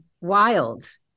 wild